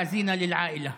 זיכרונו לברכה.